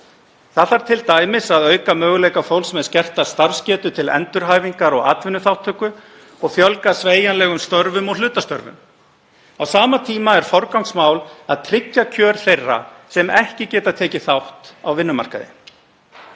Það þarf t.d. að auka möguleika fólks með skerta starfsgetu til endurhæfingar og atvinnuþátttöku og fjölga sveigjanlegum störfum og hlutastörfum. Á sama tíma er forgangsmál að tryggja kjör þeirra sem ekki geta tekið þátt á vinnumarkaði.